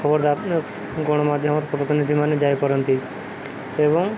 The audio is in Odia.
ଖବର ଗଣମାଧ୍ୟମର ପ୍ରତିନିଧିମାନେ ଯାଇପାରନ୍ତି ଏବଂ